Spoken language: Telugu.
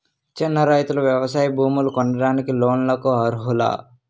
చిన్న రైతులు వ్యవసాయ భూములు కొనడానికి లోన్ లకు అర్హులా?